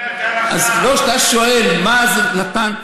אז כשאתה שואל מה זה נתן,